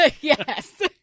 yes